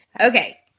Okay